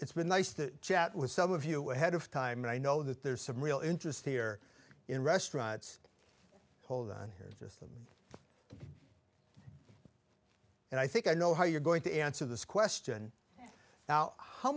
it's been nice to chat with some of you a head of time and i know that there's some real interest here in restaurants hold on her for us and i think i know how you're going to answer this question now how